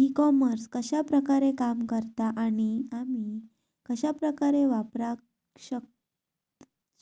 E commerce कश्या प्रकारे काम करता आणि आमी कश्या प्रकारे वापराक